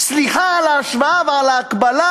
סליחה על ההשוואה וההקבלה,